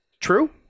true